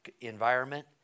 environment